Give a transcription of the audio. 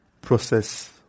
process